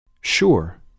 Sure